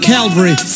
Calvary